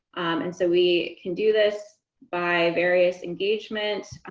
and so we can do this by various engagements.